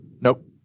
Nope